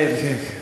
כן, כן.